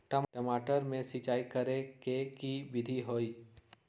टमाटर में सिचाई करे के की विधि हई?